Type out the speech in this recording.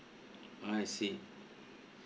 I see